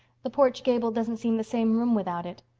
the porch gable doesn't seem the same room without it.